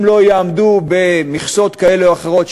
אם לא יעמדו במכסות כאלה או אחרות,